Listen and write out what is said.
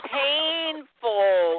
painful